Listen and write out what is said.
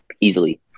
easily